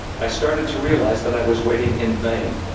i started to realize that i was waiting in vain,